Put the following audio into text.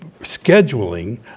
scheduling